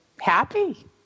happy